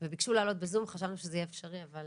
וביקשו להעלות בזום, חשבנו שזה יהיה אפשרי אבל